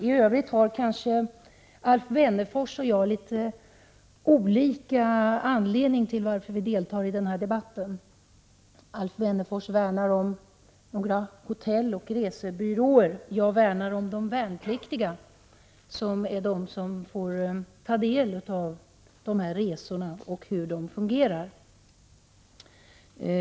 I övrigt har kanske Alf Wennerfors och jag litet olika anledningar att delta i denna debatt. Alf Wennerfors värnar om några hotell och resebyråer, medan jag värnar om de värnpliktiga, som är de som får ta del av dessa resor och hur de fungerar.